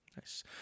Nice